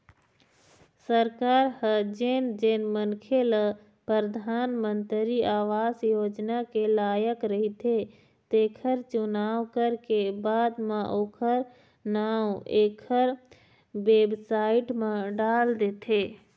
सरकार ह जेन जेन मनखे ल परधानमंतरी आवास योजना के लायक रहिथे तेखर चुनाव करके बाद म ओखर नांव एखर बेबसाइट म डाल देथे